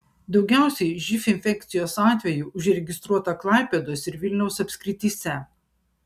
daugiausiai živ infekcijos atvejų užregistruota klaipėdos ir vilniaus apskrityse